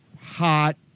hot